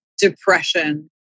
depression